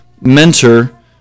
mentor